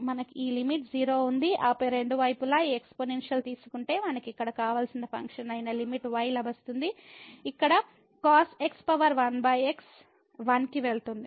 మనకు ఈ లిమిట్ 0 ఉంది ఆపై రెండు వైపులా ఈ ఎక్స్పోనెన్షియల్ తీసుకుంటే మనకు ఇక్కడ కావలసిన ఫంక్షన్ అయిన లిమిట్ y లభిస్తుంది ఇక్కడ 1 x 1 కి వెళుతుంది